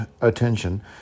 attention